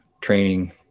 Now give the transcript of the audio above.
training